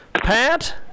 Pat